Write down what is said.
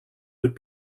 would